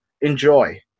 Enjoy